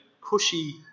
cushy